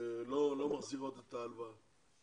לא מחזירות את ההלוואה?